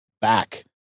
back